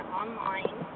online